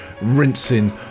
rinsing